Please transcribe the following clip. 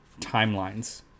timelines